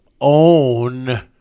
own